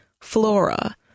flora